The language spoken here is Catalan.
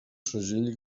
segell